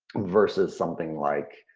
versus something like